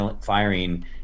firing